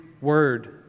word